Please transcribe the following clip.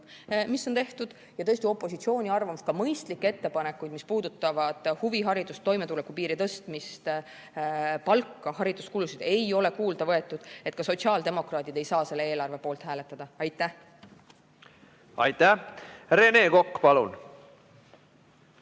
mis on tehtud, ja opositsiooni arvamust, ka mõistlikke ettepanekuid, mis puudutavad huviharidust, toimetulekupiiri tõstmist, palka, hariduskulusid, ei ole kuulda võetud, ei saa ka sotsiaaldemokraadid selle eelarve poolt hääletada. Aitäh! Aitäh! Rene Kokk, palun!